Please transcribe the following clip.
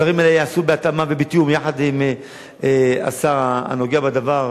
הדברים האלה ייעשו בהתאמה ובתיאום יחד עם השר הנוגע בדבר,